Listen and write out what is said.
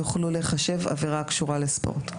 יוכלו להיחשב עבירה הקשורה לספורט.